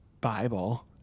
Bible